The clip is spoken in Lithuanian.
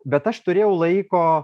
bet aš turėjau laiko